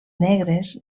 negres